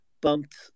bumped